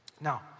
Now